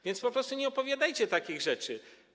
Więc po prostu nie opowiadajcie takich rzeczy.